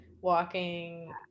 walking